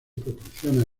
proporciona